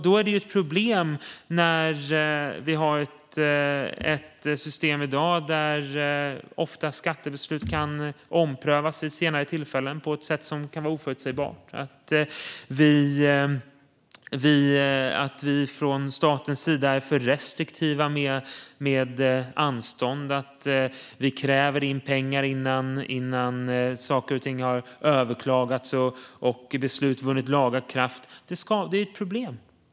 Då är det ett problem när vi har ett system som i dag där skattebeslut ofta kan omprövas vid senare tillfälle på ett sätt som kan vara oförutsägbart. Vi är från statens sida för restriktiva med anstånd, och vi kräver in pengar innan saker har överklagats och beslut vunnit laga kraft. Det är ett problem.